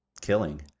killing